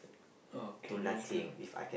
okay that's good